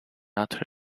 utter